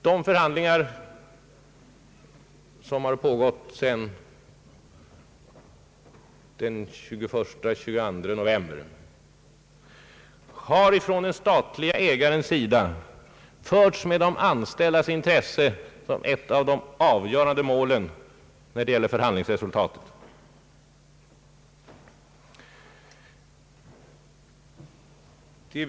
De förhandlingar som har pågått sedan den 21—22 november har från statens sida förts med de anställdas intresse som ett av de avgörande målen i fråga om förhandlingsresultatet.